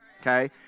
Okay